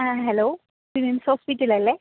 ആ ഹലോ ബിബിൻസ് ഹോസ്പിറ്റലല്ലേ